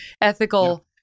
ethical